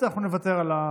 אז אנחנו נוותר על,